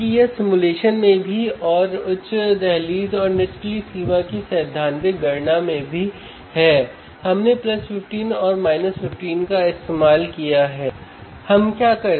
Vout को देखें और नीचे दी गई तालिका में पीक टू पीक वैल्यु को नोट करें